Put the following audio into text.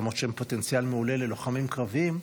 למרות שהם פוטנציאל מעולה ללוחמים קרביים,